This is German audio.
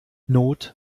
not